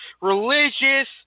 religious